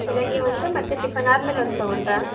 ಬೆಳಗ್ಗೆ ಒಂದು ಮತ್ತು ಟಿಫನ್ ಆದ್ಮೇಲೆ ಒಂದು ತೊಗೊಂಡ್ರಾ